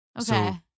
Okay